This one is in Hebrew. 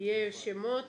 יהיו שמות